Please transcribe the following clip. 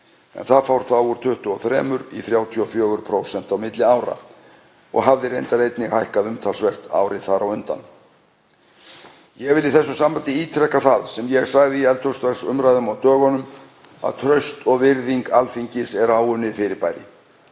en það fór úr 23% í 34% á milli ára og hafði reyndar einnig hækkað umtalsvert árið þar á undan. Ég vil í þessu sambandi ítreka það sem ég sagði í eldhúsdagsumræðum á dögunum, að traust og virðing Alþingis er áunnið fyrirbæri.